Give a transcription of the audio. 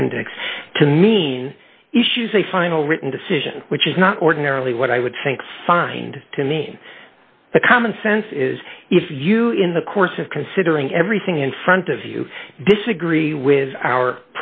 appendix to mean issues a final written decision which is not ordinarily what i would think signed to mean the common sense is if you in the course of considering everything in front of you disagree with our